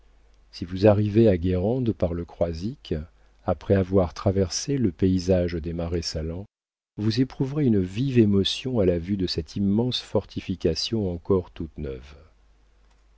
si vous arrivez à guérande par le croisic après avoir traversé le paysage des marais salants vous éprouverez une vive émotion à la vue de cette immense fortification encore toute neuve